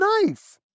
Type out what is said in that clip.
knife